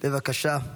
בבקשה.